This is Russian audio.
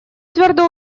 твердо